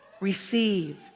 Receive